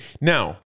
Now